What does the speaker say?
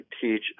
teach